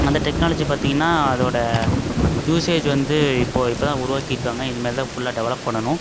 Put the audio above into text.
அந்த டெக்னாலஜி பார்த்திங்கன்னா அதோடு யூசேஜ் வந்து இப்போது இப்போதான் உருவாக்கிருக்காங்க இனிமேல்தான் ஃபுல்லாக டெவலப் பண்ணணும்